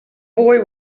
boy